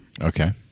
Okay